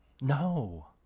No